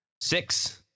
Six